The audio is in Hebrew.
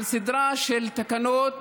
על סדרה של תקנות,